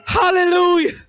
Hallelujah